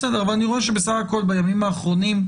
אני רואה שבימים האחרונים,